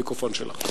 המיקרופון שלך.